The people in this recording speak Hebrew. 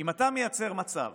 אם אתה מייצר מצב